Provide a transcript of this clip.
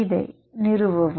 இதை நிறுவவும்